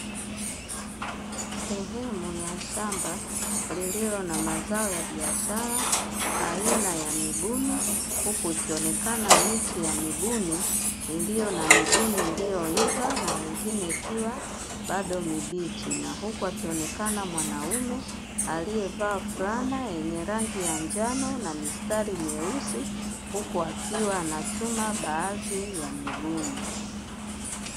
Sehemu ya shamba lililo na mazao ya biashara aina ya mibuni, huku ikionekana miti ya mibuni iliyo na mibuni iliyoiva na mingine ikiwa bado mibichi, na huku akionekana mwanaume aliyevaa fulana yenye rangi ya njano na mistari myeusi huku akiwa anachuma baadhi ya mibuni.